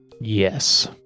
Yes